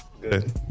good